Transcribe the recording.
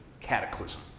Cataclysm